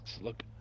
look